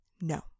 no